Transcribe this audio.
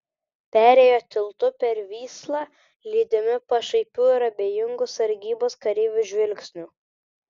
perėjo tiltu per vyslą lydimi pašaipių ir abejingų sargybos kareivių žvilgsnių